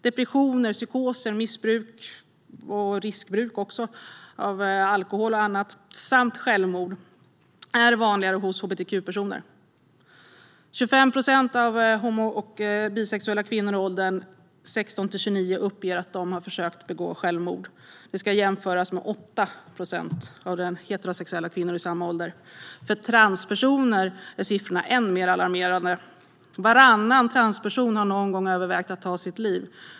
Depressioner, psykoser, missbruk och även riskbruk av alkohol och annat samt självmord är vanligare bland hbtq-personer. 25 procent av homo och bisexuella kvinnor i åldern 16-29 uppger att de har försökt begå självmord. Det ska jämföras med 8 procent av heterosexuella kvinnor i samma ålder. För transpersoner är siffrorna än mer alarmerande. Varannan transperson har någon gång övervägt att ta sitt liv.